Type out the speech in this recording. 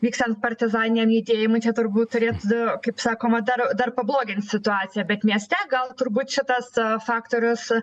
vykstant partizaniniam judėjimui čia turbūt turėtų kaip sakoma dar dar pablogint situaciją bet mieste gal turbūt šitas faktorius